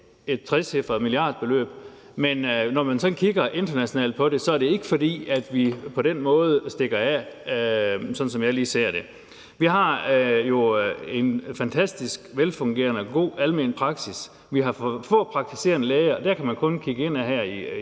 et trecifret milliardbeløb, men når man så kigger internationalt på det, er det ikke, fordi vi på den måde stikker af, som jeg lige ser det. Vi har jo en fantastisk velfungerende og god almen praksis, men vi har for få praktiserende læger, og der kan man kun kigge indad her i